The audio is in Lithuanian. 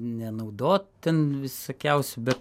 nenaudot ten visokiausių bet